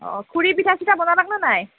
অঁ খুৰী পিঠা চিঠা বনালে নাই